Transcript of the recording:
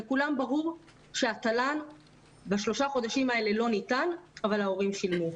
לכולם ברור שהתל"ן בשלושה החודשים האלה לא ניתן אבל ההורים שילמו.